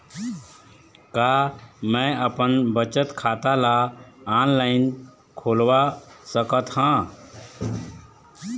का मैं अपन बचत खाता ला ऑनलाइन खोलवा सकत ह?